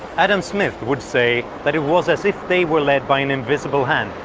adam smith would say that it was as if they were led by an invisible hand,